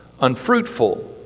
unfruitful